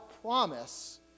promise